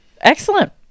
Excellent